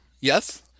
Yes